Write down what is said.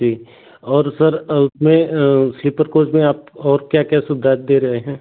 जी और सर उसमें sleeper coach में आप और क्या क्या सुविधा दे रहे हैं